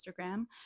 Instagram